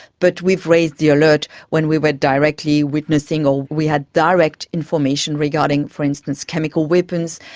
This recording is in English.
but we've raised the alert when we went directly witnessing or we had direct information regarding, for instance, chemical weapons,